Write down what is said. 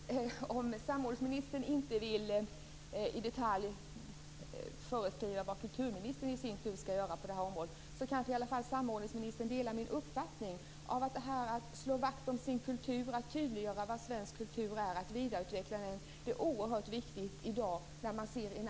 Herr talman! Om samordningsministern inte vill i detalj föreskriva vad kulturministern i sin tur skall göra på detta område kanske samordningsministern i alla fall kan dela min uppfattning. När man i dag ser en allt större rotlöshet är oerhört viktigt att slå vakt om sin kultur, att tydliggöra vad svensk kultur är och vidareutveckla den.